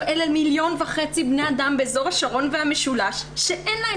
אלה 1.5 מיליון בני אדם באזור השרון והמשולש שאין להם